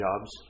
jobs